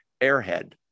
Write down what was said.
airhead